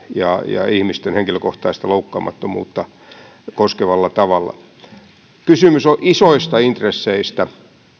ja ja ihmisten henkilökohtaista loukkaamattomuutta koskevalla tavalla kysymys on isoista intresseistä